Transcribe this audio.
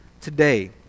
today